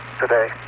today